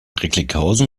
recklinghausen